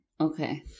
Okay